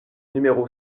numéro